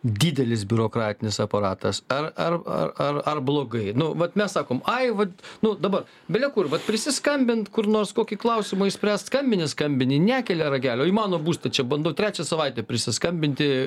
didelis biurokratinis aparatas ar ar ar ar ar blogai nu vat mes sakom ai vat nu dabar bele kur vat prisiskambint kur nors kokį klausimą išspręst skambini skambini nekelia ragelio į mano būstą čia bandau trečią savaitę prisiskambinti